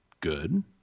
good